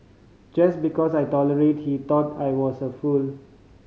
just because I tolerated he thought I was a fool